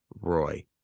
Roy